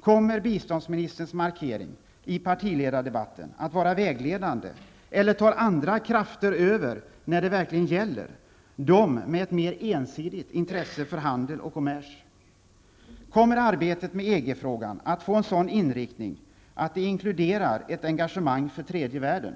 Kommer biståndsministerns markering i partiledardebatten att vara vägledande eller tar andra krafter över när det verkligen gäller -- de med ett mer ensidigt intresse för handel och kommers? Kommer arbetet med EG-frågan att få en sådan inriktning att det inkluderar ett engagemang för tredje världen?